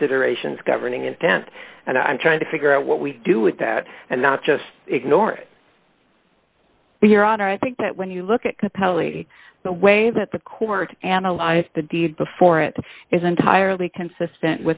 considerations governing intent and i'm trying to figure out what we do with that and not just ignore it your honor i think that when you look at capelli the way that the court analyze the deed before it is entirely consistent